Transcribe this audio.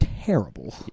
terrible